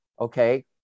okay